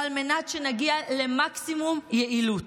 על מנת שנגיע למקסימום יעילות.